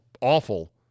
awful